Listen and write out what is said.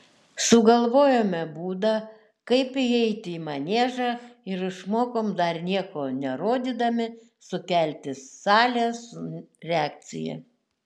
sugalvojome būdą kaip įeiti į maniežą ir išmokom dar nieko nerodydami sukelti salės reakciją